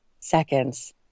seconds